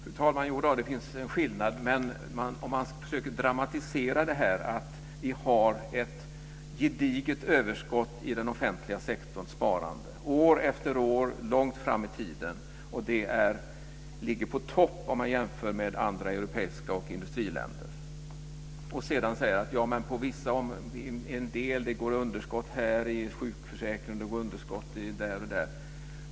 Fru talman! Jo, det finns en skillnad. Man försöker dramatisera att vi har ett gediget överskott i den offentliga sektorns sparande, år efter år långt fram i tiden. Det ligger på topp om man jämför med andra europeiska länder och industriländer. Sedan säger man att det går med underskott i sjukförsäkringen och på andra områden.